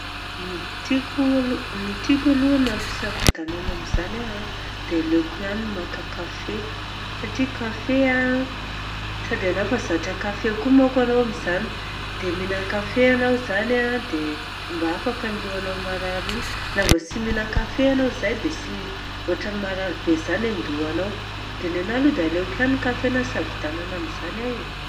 Ny tiako, ny tiako aloha na ampisafidianana amizany aho dia aleoko ihany maka kafe. Satria kafe a, sady anao efa zatra kafe koa manko anao amizany, dia minagna kafe anao izany a, dia mba afaka ny lohanao marary igny. Na vô tsy minan-kafe anao izay dia ohatrany marary be izany ny andohanao, dia nenaha aloha dia aleoko ihany kafe na ampisafidianana amizany aho e.